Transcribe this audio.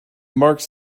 marks